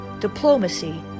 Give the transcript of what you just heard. diplomacy